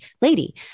lady